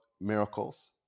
miracles